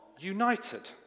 united